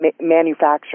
manufacture